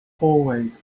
hallways